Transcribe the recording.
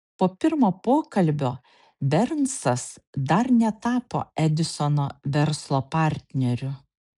po pirmo pokalbio bernsas dar netapo edisono verslo partneriu